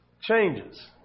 changes